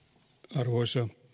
arvoisa